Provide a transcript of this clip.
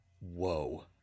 Whoa